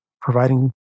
providing